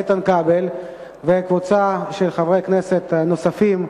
איתן כבל וקבוצה של חברי כנסת נוספים,